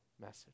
message